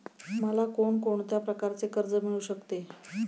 मला कोण कोणत्या प्रकारचे कर्ज मिळू शकते?